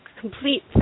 complete